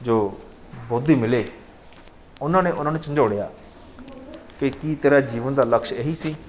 ਜੋ ਬੋਧੀ ਮਿਲੇ ਉਨ੍ਹਾਂ ਨੇ ਉਨ੍ਹਾਂ ਨੂੰ ਝੰਜੋੜਿਆ ਕਿ ਕੀ ਤੇਰਾ ਜੀਵਨ ਦਾ ਲਕਸ਼ ਇਹੀ ਸੀ